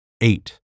eight